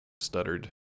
stuttered